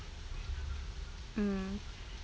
mm